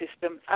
system